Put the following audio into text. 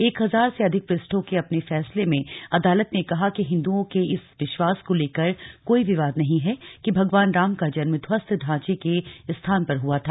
एक हजार से अधिक पृष्ठों के अपने फैसले में अदालत ने कहा कि हिन्दुओं के इस विश्वास को लेकर कोई विवाद नहीं है कि भगवान राम का जन्म ध्वस्त ढांचे के स्थान पर हुआ था